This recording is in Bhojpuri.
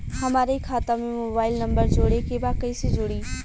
हमारे खाता मे मोबाइल नम्बर जोड़े के बा कैसे जुड़ी?